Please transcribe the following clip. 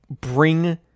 bring